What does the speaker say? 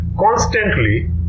constantly